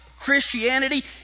Christianity